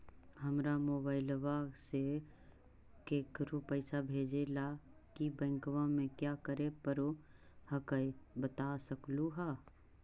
हमरा मोबाइलवा से केकरो पैसा भेजे ला की बैंकवा में क्या करे परो हकाई बता सकलुहा?